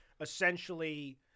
essentially